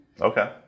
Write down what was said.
Okay